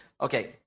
Okay